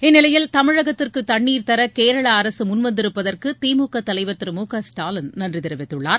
இந்நிலையில் தமிழகத்திற்கு தண்ணிர் தர கேரள அரசு முன்வந்திருப்பதற்கு திமுக தலைவர் திரு மு க ஸ்டாலின் நன்றி தெரிவித்துள்ளார்